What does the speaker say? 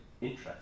interest